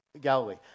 Galilee